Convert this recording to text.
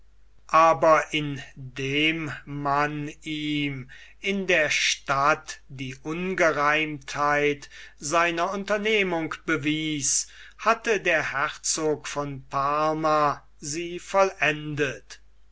aber indem man ihm in der stadt die ungereimtheit seiner unternehmung bewies hatte der herzog von parma sie vollendet